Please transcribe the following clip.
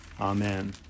Amen